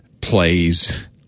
plays